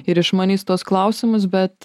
ir išmanys tuos klausimus bet